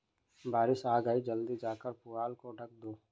बारिश आ गई जल्दी जाकर पुआल को ढक दो